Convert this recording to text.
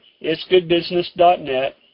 itsgoodbusiness.net